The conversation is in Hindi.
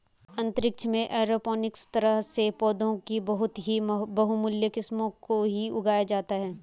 अंतरिक्ष में एरोपोनिक्स तरह से पौधों की बहुत ही बहुमूल्य किस्मों को ही उगाया जाता है